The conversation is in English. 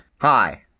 Hi